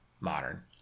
modern